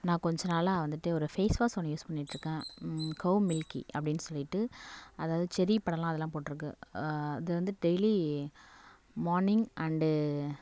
நான் கொஞ்ச நாளாக வந்துட்டு ஒரு ஃபேஸ்வாஷ் ஒன்று யூஸ் பண்ணிட்டிருக்கேன் கௌ மில்கி அப்படின்னு சொல்லிட்டு அதாவது செரி பழலாம் அதலாம் போட்டிருக்கு அது வந்து டெய்லி மார்னிங் அண்டு